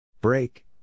Break